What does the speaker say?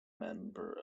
member